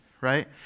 right